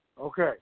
Okay